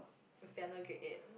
piano grade eight